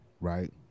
right